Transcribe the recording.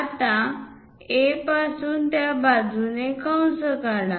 आता A पासून त्या बाजूने कंस काढा